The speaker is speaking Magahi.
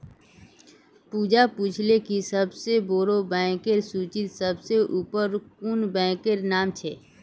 पूजा पूछले कि सबसे बोड़ो बैंकेर सूचीत सबसे ऊपर कुं बैंकेर नाम छे